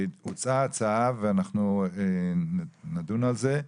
הוצעה הצעה ואנחנו נדון על זה,